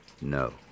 No